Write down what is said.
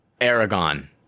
Aragon